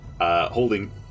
holding